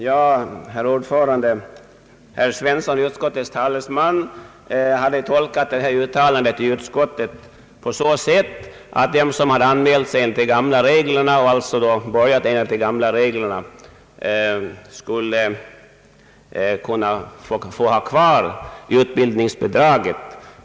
Herr talman! Herr Rikard Svensson som är utskottets talesman har tolkat det uttalande av utskottet det här gäller på så sätt, att de som anmält sig till och påbörjat utbildning under tidigare gällande förutsättningar skulle kunna få behålla utbildningsbidraget.